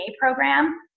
program